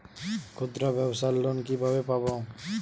ক্ষুদ্রব্যাবসার লোন কিভাবে পাব?